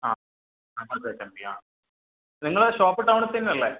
ആ നാല്പത്തെട്ട് എം പിയാണോ നിങ്ങളെ ഷോപ്പ് ടൗണിൽ തന്നെയല്ലേ